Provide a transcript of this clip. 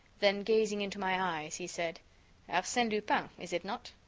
then, gazing into my eyes, he said arsene lupin, is it not?